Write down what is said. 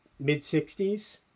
Mid-60s